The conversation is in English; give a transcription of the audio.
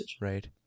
right